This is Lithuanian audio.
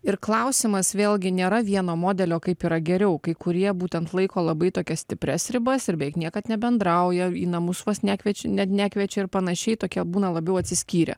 ir klausimas vėlgi nėra vieno modelio kaip yra geriau kai kurie būtent laiko labai tokias stiprias ribas ir beveik niekad nebendrauja į namus vos nekviečia net nekviečia ir panašiai tokie būna labiau atsiskyrę